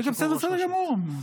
בסדר גמור.